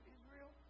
Israel